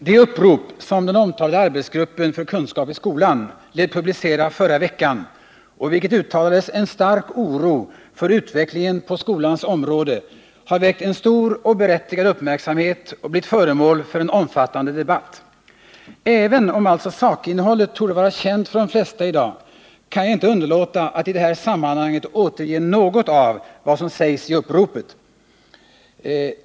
Herr talman! Det upprop den omtalade arbetsgruppen för kunskap i skolan lät publicera förra veckan och i vilket uttalades en stark oro för utvecklingen på skolans område har väckt en stor och berättigad uppmärksamhet och blivit föremål för en omfattande debatt. Även om sakinnehållet torde vara känt för de flesta i dag, kan jag inte underlåta att i det här sammanhanget återge något av vad som sägs i uppropet.